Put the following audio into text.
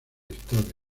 historia